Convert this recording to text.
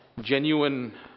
genuine